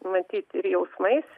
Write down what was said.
matyt ir jausmais